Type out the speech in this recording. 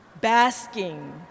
basking